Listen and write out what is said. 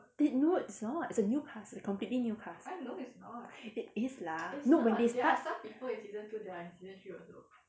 no it's not it's a new cast a completely new cast it is lah no when they start